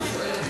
איננה.